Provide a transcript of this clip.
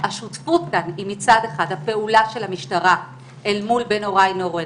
השותפות כאן היא מצד אחד הפעולה של המשטרה אל מול בנו ריינהורן,